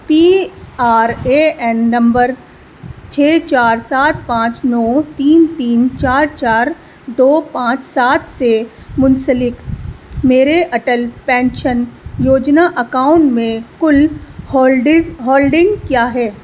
P R A N نمبر چھ چار سات پانچ نو تین تین چار چار دو پانچ سات سے منسلک میرے اٹل پینشن یوجنا اکاؤنٹ میں کل ہولڈز ہولڈنگ کیا ہے